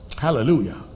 hallelujah